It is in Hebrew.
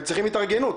הם צריכים התארגנות.